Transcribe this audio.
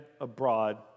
abroad